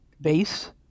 base